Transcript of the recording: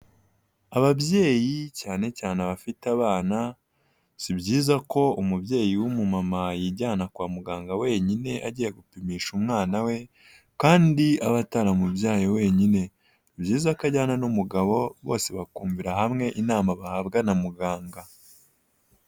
Ababyeyi cyane cyane abafite abana. Si byiza ko umubyeyi w'umumama yijyana kwa muganga wenyine agiye gupimisha umwana we kandi aba ataramubyaye wenyine. Ni byiza ko ajyana n'umugabo bose bakumvira hamwe inama bahabwa na muganga.